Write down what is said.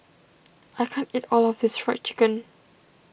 I can't eat all of this Fried Chicken